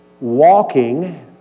walking